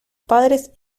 padres